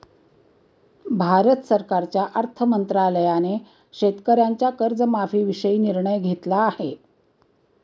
भारत सरकारच्या अर्थ मंत्रालयाने शेतकऱ्यांच्या कर्जमाफीविषयी निर्णय घेतला आहे